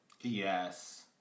Yes